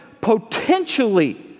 potentially